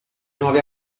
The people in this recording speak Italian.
nuovi